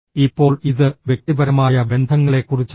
ഇപ്പോൾ ഇത് വ്യക്തിപരമായ ബന്ധങ്ങളെക്കുറിച്ചാണ്